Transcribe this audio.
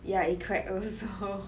yeah it cracked also